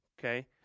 Okay